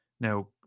Now